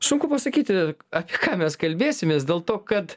sunku pasakyti apie ką mes kalbėsimės dėl to kad